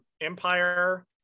Empire